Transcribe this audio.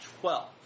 twelve